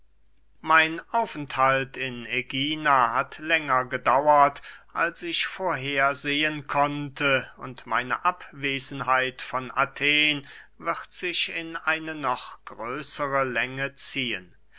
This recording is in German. mein aufenthalt in ägina hat länger gedauert als ich vorhersehen konnte und meine abwesenheit von athen wird sich in eine noch größere länge ziehen